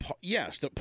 yes